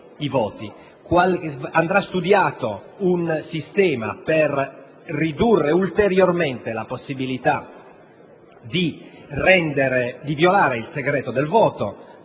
dovrà studiare un sistema per ridurre ulteriormente la possibilità di violare il segreto del voto;